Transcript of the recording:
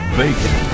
bacon